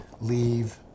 leave